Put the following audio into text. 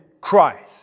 Christ